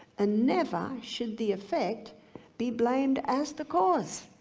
and never should the effect be blamed as the cause.